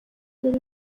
dore